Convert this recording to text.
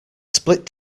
split